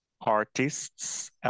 artists